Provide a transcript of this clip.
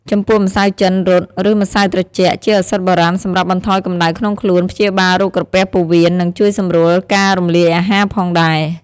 ចំពោះស្មៅចិនរត់ ឬស្មៅត្រជាក់ ជាឱសថបុរាណសម្រាប់បន្ថយកម្ដៅក្នុងខ្លួន ព្យាបាលរោគក្រពះពោះវៀន និងជួយសម្រួលការរំលាយអាហារផងដែរ។